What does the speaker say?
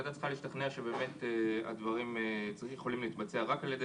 הוועדה צריכה להשתכנע שהדברים יכולים להתבצע רק על ידי